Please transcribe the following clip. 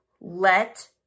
let